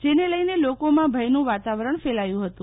જેને લઈને લોકોમાં ભયનું વાતાવરણ ફેલાયું હતું